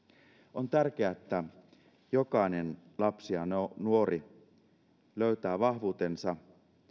on tärkeää että jokainen lapsi ja nuori löytää vahvuutensa